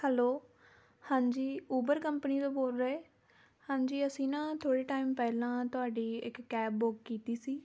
hello ਹਾਂਜੀ Uber company ਤੋਂ ਬੋਲ ਰਹੇ ਹਾਂਜੀ ਅਸੀਂ ਨਾ ਥੋੜ੍ਹੇ ਟਾਈਮ ਪਹਿਲਾਂ ਤੁਹਾਡੀ ਇੱਕ ਕੈਬ ਬੁੱਕ ਕੀਤੀ ਸੀ